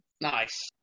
Nice